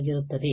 ಆಗಿರುತ್ತದೆ